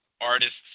artists